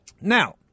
Now